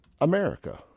America